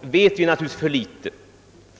vet vi naturligtvis för litet.